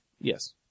Yes